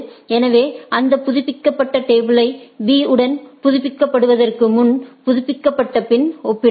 எனவே அந்த புதுப்பிக்கப்பட்ட டேபிளை B உடன் புதுப்பிக்கப்படுவதற்கு முன் புதுப்பிக்கப்பட்ட பின் ஒப்பிடலாம்